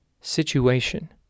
situation